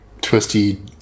twisty